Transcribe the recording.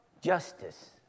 justice